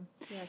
Yes